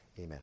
Amen